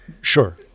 Sure